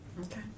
Okay